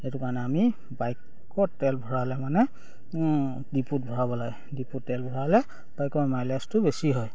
সেইটো কাৰণে আমি বাইকত তেল ভৰালে মানে ডিপুত ভৰাব লাগ ডিপুত তেল ভৰালে বাইকৰ মাইলেজটো বেছি হয়